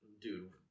dude